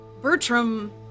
Bertram